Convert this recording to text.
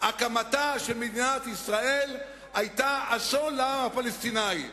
הקמתה של מדינת ישראל היתה אסון לעם הפלסטיני.